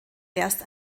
erst